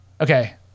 Okay